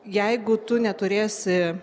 jeigu tu neturėsi